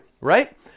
right